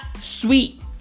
sweet